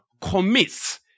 commits